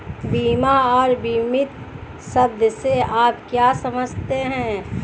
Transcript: बीमा और बीमित शब्द से आप क्या समझते हैं?